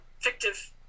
fictive